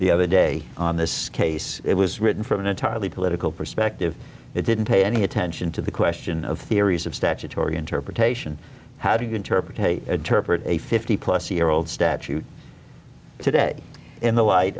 the other day on this case it was written from an entirely political perspective it didn't pay any attention to the question of theories of statutory interpretation how do you interpret a fifty plus year old statute today in the light